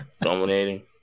dominating